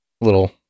little